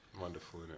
Wonderful